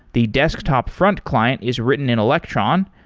the desktop front client is written in electron,